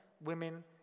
women